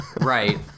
Right